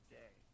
day